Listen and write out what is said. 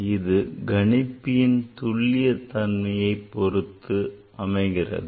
அது கணிப்பியின் துல்லியத் தன்மையைப் பொறுத்து அமைகிறது